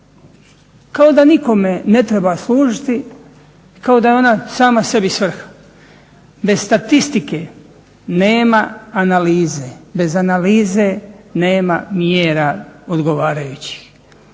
kao da nikome ne treba služiti, kao da je ona sama sebi svrha. Bez statistike nema analize, bez analize nema mjera odgovarajućih.